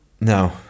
no